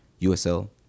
USL